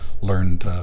learned